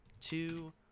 two